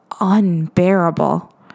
unbearable